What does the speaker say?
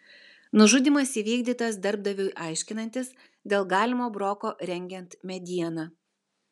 nužudymas įvykdytas darbdaviui aiškinantis dėl galimo broko rengiant medieną